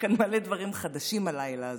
יש כאן מלא דברים חדשים הלילה הזה,